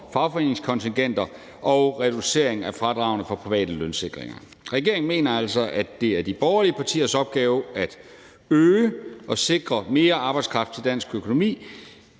fagforeningskontingenter og reducering af fradragene for private lønsikringer. Regeringen mener altså, at det er de borgerlige partiers opgave at øge og sikre arbejdskraften til dansk økonomi.